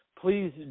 Please